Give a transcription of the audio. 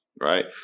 right